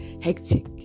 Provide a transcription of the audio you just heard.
hectic